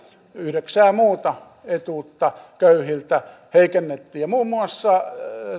yhdeksää muuta etuutta köyhiltä heikennettiin muun muassa